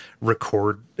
record